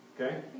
Okay